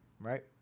Right